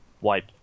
wipe